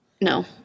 No